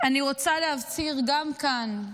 אני רוצה להצהיר גם כאן: